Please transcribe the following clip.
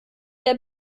der